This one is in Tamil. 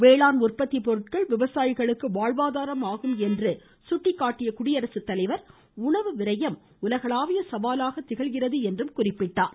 வேளாண் உற்பத்தி பொருட்கள் விவசாயிகளுக்கு வாழ்வாதாரம் ஆகும் என்று கூறிய குடியரசுத்தலைவர் உணவு விரயம் உலகளாவிய சவாலாக திகழ்கிறது என்றார்